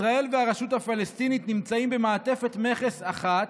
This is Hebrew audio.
ישראל והרשות הפלסטינית נמצאים במעטפת מכס אחת,